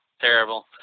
terrible